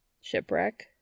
Shipwreck